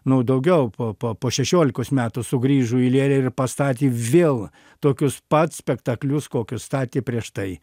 nu daugiau po po po šešiolikos metų sugrįžo į lėlę ir pastatė vėl tokius pat spektaklius kokius statė prieš tai